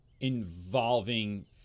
involving